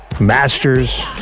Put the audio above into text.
Masters